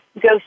go